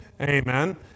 Amen